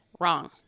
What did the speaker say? Wrong